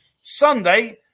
Sunday